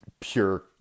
pure